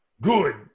Good